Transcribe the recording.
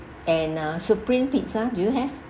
and uh supreme pizza do you have